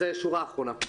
זאת שורה אחרונה.